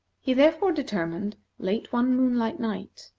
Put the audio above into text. he therefore determined, late one moonlight night,